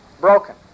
broken